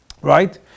right